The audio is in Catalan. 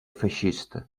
feixista